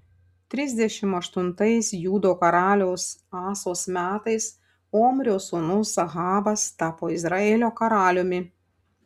trisdešimt aštuntais judo karaliaus asos metais omrio sūnus ahabas tapo izraelio karaliumi